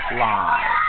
live